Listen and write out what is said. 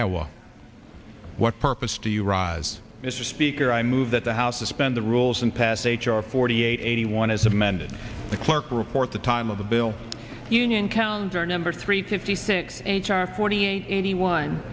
will what purpose do you rise mr speaker i move that the house suspend the rules and pass h r forty eight eighty one as amended the clerk report the time of the bill union counter number three fifty six h r forty eight eighty one